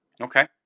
Okay